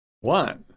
One